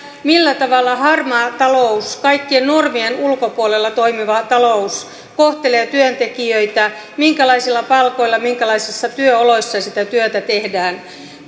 millä tavalla harmaa talous kaikkien normien ulkopuolella toimiva talous kohtelee työntekijöitä minkälaisilla palkoilla minkälaisissa työoloissa sitä työtä tehdään